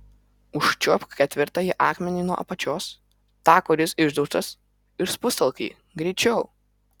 užčiuopk ketvirtąjį akmenį nuo apačios tą kuris išdaužtas ir spustelk jį greičiau